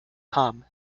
com